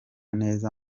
neza